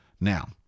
Now